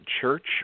church